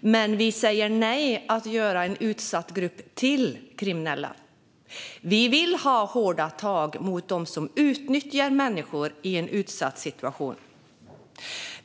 Men vi säger nej till att göra en utsatt grupp till kriminella. Vi vill ha hårda tag mot dem som utnyttjar människor i en utsatt situation.